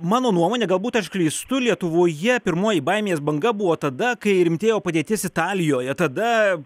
mano nuomone galbūt aš klystu lietuvoje pirmoji baimės banga buvo tada kai rimtėjo padėtis italijoje tada